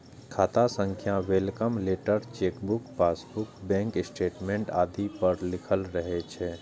खाता संख्या welcome letter, chequebook, passbook, bank statement आदि पर लिखल रहै छै